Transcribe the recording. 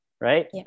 right